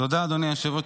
תודה, אדוני היושב-ראש.